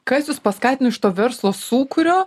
kas jus paskatino iš to verslo sūkurio